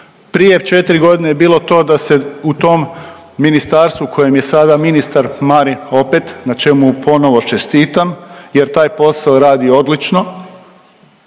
Prije 4 godine je bilo to da se u tom ministarstvu u kojem je sada ministar Marin opet, na čemu mu ponovno čestitam jer taj posao radi odlično,